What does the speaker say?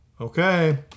Okay